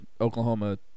Oklahoma